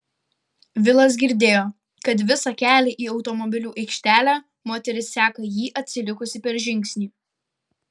vilas girdėjo kad visą kelią į automobilių aikštelę moteris seka jį atsilikusi per žingsnį